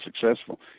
successful